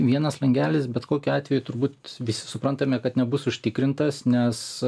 vienas langelis bet kokiu atveju turbūt visi suprantame kad nebus užtikrintas nes